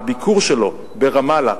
הביקור שלו ברמאללה,